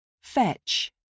Fetch